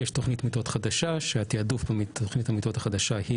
יש תוכנית מיטות חדשה שהתעדוף בתוכנית המיטות החדשה היא